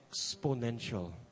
exponential